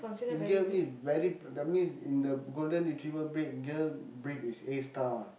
girl means that means in the golden retriever breed girl breed is A-star one